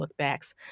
lookbacks